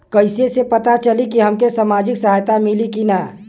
कइसे से पता चली की हमके सामाजिक सहायता मिली की ना?